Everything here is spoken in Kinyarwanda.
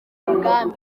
ibwami